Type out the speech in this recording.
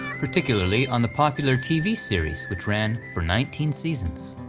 particularly on the popular tv series which ran for nineteen seasons.